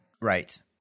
Right